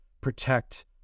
protect